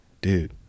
dude